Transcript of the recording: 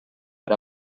per